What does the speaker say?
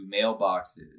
mailboxes